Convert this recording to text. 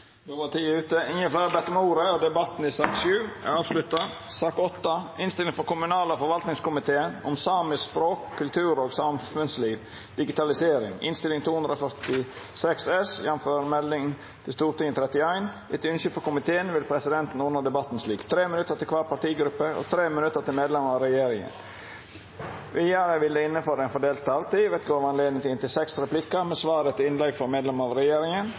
bedt om ordet til sak nr. 7. Etter ønske frå kommunal- og forvaltingskomiteen vil presidenten ordna debatten slik: 3 minutt til kvar partigruppe og 3 minutt til medlemer av regjeringa. Vidare vil det – innanfor den fordelte taletida – vert gjeve anledning til replikkordskifte på inntil seks replikkar med svar etter innlegg frå medlemer av regjeringa,